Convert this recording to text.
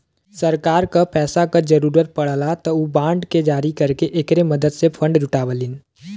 सरकार क पैसा क जरुरत पड़ला त उ बांड के जारी करके एकरे मदद से फण्ड जुटावलीन